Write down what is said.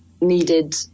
needed